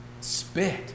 spit